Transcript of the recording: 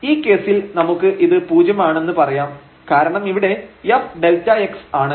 ഈ കേസിൽ നമുക്ക് ഇത് പൂജ്യം ആണെന്ന് പറയാം കാരണം ഇവിടെ f Δx ആണ്